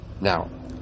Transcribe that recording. Now